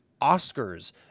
Oscars